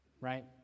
right